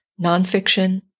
nonfiction